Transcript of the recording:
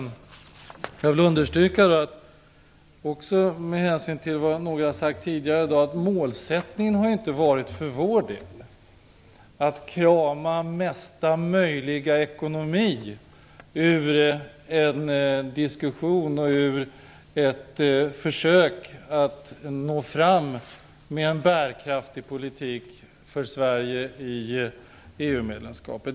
Jag vill understryka, med hänsyn till vad några har sagt tidigare i dag, att målsättningen för vår del inte har varit att krama mesta möjliga ekonomi ur en diskussion och ett försök att nå fram till en bärkraftig politik för Sverige i EU-medlemskapet.